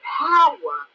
power